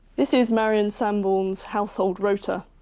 this is marion sambourne's household rota.